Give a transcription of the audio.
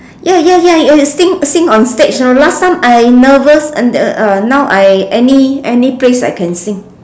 ya ya ya ya sing sing on stage ah last time I nervous uh now I any any place I can sing